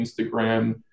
Instagram